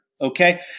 okay